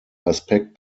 aspekt